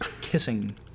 kissing